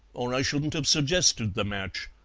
or i shouldn't have suggested the match.